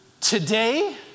today